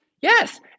Yes